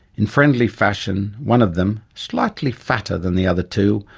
in friendly fashion, one of them, slightly fatter than the other two,